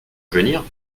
venir